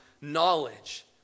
knowledge